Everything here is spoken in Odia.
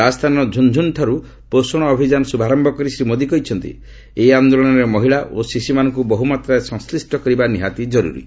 ରାଜସ୍ଥାନର ଝ୍ରନଝ୍ରନ୍ଠାର୍ଚ୍ଚ ପୋଷଣ ଅଭିଯାନ ଶ୍ରଭାରମ୍ଭ କରି ଶ୍ରୀ ମୋଦି କହିଛନ୍ତି ଏହି ଆନ୍ଦୋଳନରେ ମହିଳା ଓ ଶିଶୁମାନଙ୍କୁ ବହୁମାତ୍ରାରେ ସଂସ୍କିଷ୍ଟ କରିବା ନିହାତି କରୁରୀ